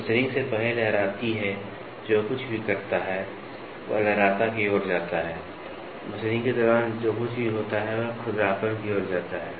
machining से पहले लहराती है जो कुछ भी करता है वह लहराता की ओर जाता है मशीनिंग के दौरान जो कुछ भी होता है वह खुरदरापन की ओर जाता है